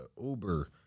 Uber